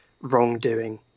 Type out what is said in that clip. wrongdoing